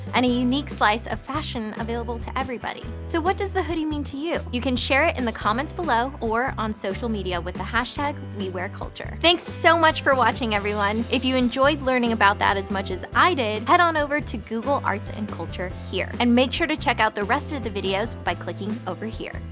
and a unique slice of fashion available to everybody. so what does the hoodie mean to you? you can share it in the comments below, or on social media with the hashtag wewearculture. thanks so much for watching, everyone. if you enjoyed learning about that as much as i did, head on over to google arts and culture here, and make sure to check out the rest of the videos by clicking over here.